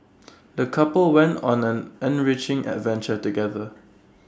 the couple went on an enriching adventure together